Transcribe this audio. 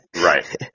right